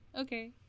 Okay